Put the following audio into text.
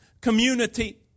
community